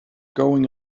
going